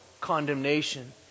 condemnation